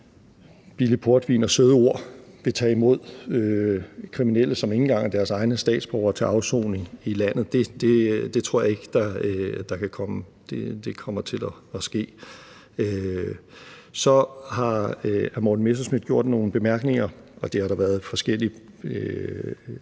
billig portvin og søde ord vil tage imod kriminelle, som ikke engang er deres egne statsborgere, til afsoning i landet. Det tror jeg ikke kommer til at ske. Så er hr. Morten Messerschmidt kommet med nogle bemærkninger – og det har der været forskellige